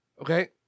Okay